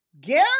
Gary